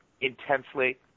intensely